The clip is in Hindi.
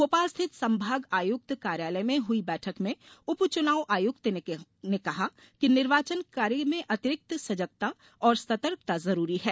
भोपाल स्थित संभाग आयुक्त कार्यालय में हुई बैठक में उपचुनाव आयुक्त श्री सक्सेना ने कहा कि निर्वाचन कार्य में अतिरिक्त सजगता और सतर्कता जरूरी है